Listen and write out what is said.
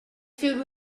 filled